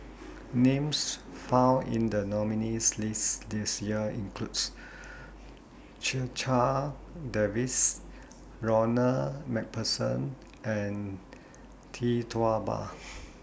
Names found in The nominees' list This Year include Checha Davies Ronald MacPherson and Tee Tua Ba